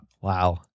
Wow